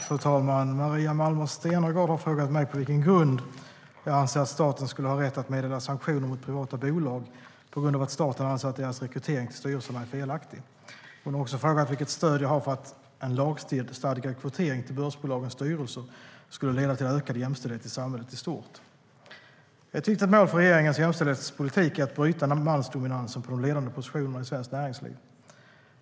Fru talman! Maria Malmer Stenergard har frågat mig på vilken grund jag anser att staten skulle ha rätt att meddela sanktioner mot privata bolag på grund av att staten anser att deras rekrytering till styrelserna är felaktig. Hon har också frågat vilket stöd jag har för att en lagstadgad kvotering till börsbolagens styrelser skulle leda till ökad jämställdhet i samhället i stort. Ett viktigt mål för regeringens jämställdhetspolitik är att bryta mansdominansen på de ledande positionerna i svenskt näringsliv.